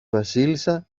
βασίλισσα